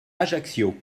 ajaccio